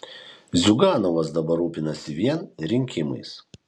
ziuganovas dabar rūpinasi vien rinkimais